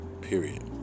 Period